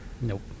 Nope